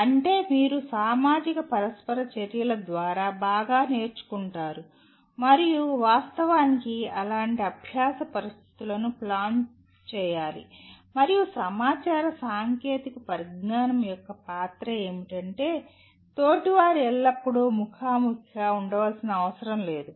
అంటే మీరు సామాజిక పరస్పర చర్యల ద్వారా బాగా నేర్చుకుంటారు మరియు వాస్తవానికి అలాంటి అభ్యాస పరిస్థితులను ప్లాన్ చేయాలి మరియు సమాచార సాంకేతిక పరిజ్ఞానం యొక్క పాత్ర ఏమిటంటే తోటివారు ఎల్లప్పుడూ ముఖాముఖిగా ఉండవలసిన అవసరం లేదు